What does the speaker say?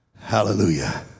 Hallelujah